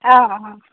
অঁ অঁ